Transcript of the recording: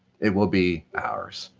it will be ours.